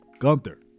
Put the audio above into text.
Gunther